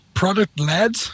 Product-led